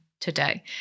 today